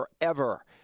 forever